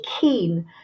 keen